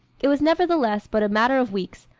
it was nevertheless but a matter of weeks,